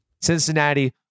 Cincinnati